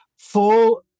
full